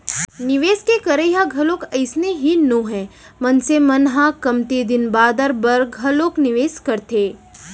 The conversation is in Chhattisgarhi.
निवेस के करई ह घलोक अइसने ही नोहय मनसे मन ह कमती दिन बादर बर घलोक निवेस करथे